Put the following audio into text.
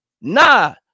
Nah